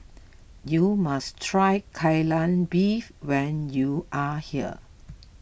you must try Kai Lan Beef when you are here